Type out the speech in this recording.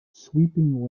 sweeping